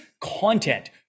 content